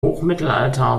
hochmittelalter